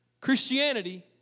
Christianity